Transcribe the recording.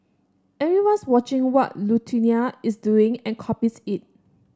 everyone's watching what Lithuania is doing and copies it